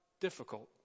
difficult